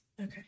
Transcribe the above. okay